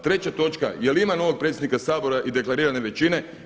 Treća točka, jel' ima novog predsjednika Sabora i deklarirane većine.